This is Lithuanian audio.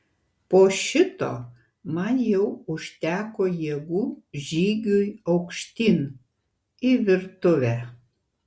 po šito man jau užteko jėgų žygiui aukštyn į virtuvę